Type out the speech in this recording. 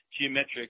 geometric